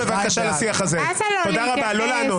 הצבעה לא אושרו.